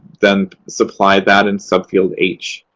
then supply that in subfield h.